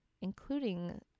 including